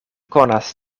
konas